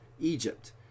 Egypt